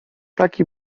taki